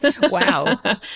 Wow